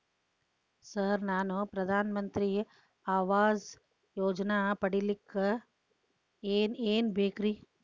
Sir ನಾನು ಪ್ರಧಾನ ಮಂತ್ರಿ ಆವಾಸ್ ಯೋಜನೆ ಪಡಿಯಲ್ಲಿಕ್ಕ್ ಏನ್ ಏನ್ ಬೇಕ್ರಿ?